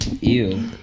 Ew